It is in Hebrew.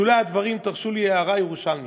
בשולי הדברים תרשו לי הערה ירושלמית: